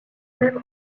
même